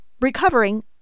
recovering